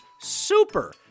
super